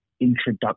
Introduction